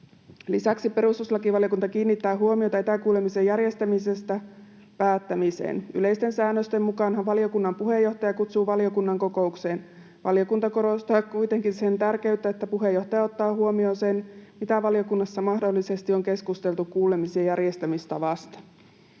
Lisäksi perustuslakivaliokunta kiinnittää huomiota etäkuulemisen järjestämisestä päättämiseen. Yleisten säännösten mukaanhan valiokunnan puheenjohtaja kutsuu valiokunnan kokoukseen. Valiokunta kuitenkin korostaa sen tärkeyttä, että puheenjohtaja ottaa huomioon sen, mitä valiokunnassa mahdollisesti on keskusteltu kuulemisen järjestämistavasta.